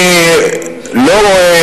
אני לא רואה